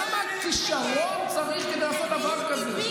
כמה כישרון צריך כדי לעשות דבר כזה?